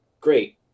Great